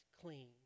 clean